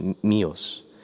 míos